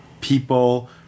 people